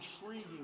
intriguing